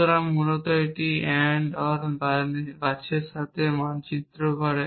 সুতরাং মূলত এটি AND OR গাছের সাথে মানচিত্র করে